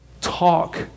talk